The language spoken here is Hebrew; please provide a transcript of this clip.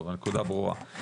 טוב, הנקודה ברורה.